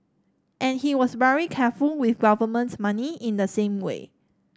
and he was very careful with government money in the same way